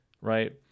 Right